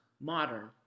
modern